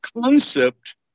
concept